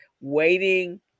waiting